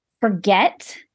forget